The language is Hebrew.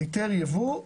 היתר יבוא,